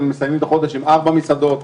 ומסיימים את החודש עם ארבע מסעדות.